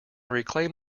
reclaim